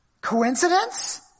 Coincidence